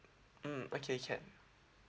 mm okay can